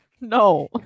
No